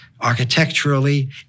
Architecturally